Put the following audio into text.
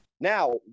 Now